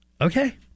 Okay